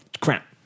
crap